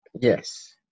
yes